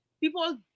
people